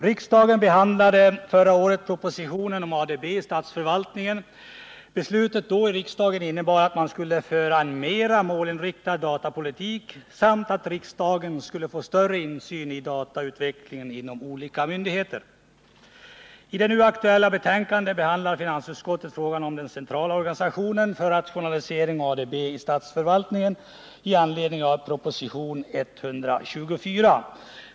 Riksdagen behandlade förra året propositionen om ADB i statsförvaltningen. Beslutet då i riksdagen innebar att man skulle föra en mera målinriktad datapolitik samt att riksdagen skulle få en större insyn i utvecklingen av ADB-verksamheten inom olika myndigheter. I det nu aktuella betänkandet behandlar finansutskottet frågan om den centrala organisationen för rationalisering och ADB i statsförvaltningen i anledning av proposition 124.